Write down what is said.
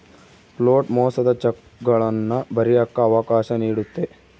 float ಮೋಸದ ಚೆಕ್ಗಳನ್ನ ಬರಿಯಕ್ಕ ಅವಕಾಶ ನೀಡುತ್ತೆ